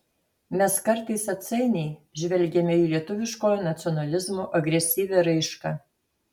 mes kartais atsainiai žvelgiame į lietuviškojo nacionalizmo agresyvią raišką